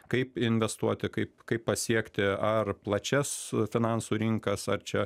kaip investuoti kaip kaip pasiekti ar plačias finansų rinkas ar čia